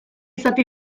zati